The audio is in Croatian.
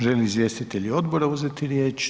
Želi li izvjestitelji odbora uzeti riječ?